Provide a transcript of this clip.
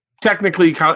technically